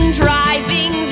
driving